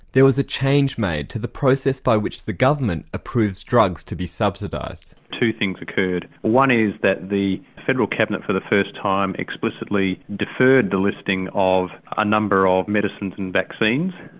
there was change made to the process by which the government approves drugs to be subsidised. two things occurred. one is that the federal cabinet for the first time explicitly deferred the listing of a number of medicines and vaccines.